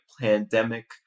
pandemic